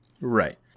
Right